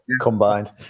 combined